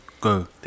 go